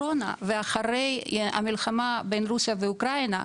אחרי הקורונה ואחרי המלחמה בין רוסיה ואוקרינה,